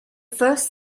first